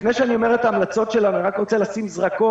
לפני שאני אומר את ההמלצות שלנו אני רק רוצה לשים זרקור